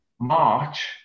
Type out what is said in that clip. March